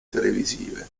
televisive